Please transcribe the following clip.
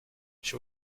she